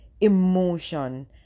emotion